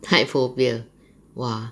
height phobia !wah!